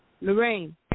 Lorraine